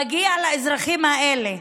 מגיע לאזרחים האלה,